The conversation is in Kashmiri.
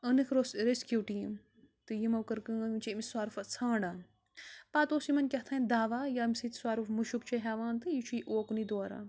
أنٕکھ روٚس ریٚسکیوٗ ٹیٖم تہٕ یِمو کٔر کٲم یِم چھِ أمِس سۄرپھ ژھانڈان پَتہٕ اوس یِمَن کہتانۍ دَوا ییٚمہِ سۭتۍ سۄرپھ مُشُک چھُ ہٮ۪وان تہٕ یہِ چھُ یہِ اوکنُے دوران